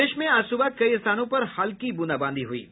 प्रदेश में आज सुबह कई स्थानों पर हल्की बूंदाबांदी हुई है